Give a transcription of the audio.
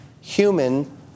human